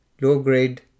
low-grade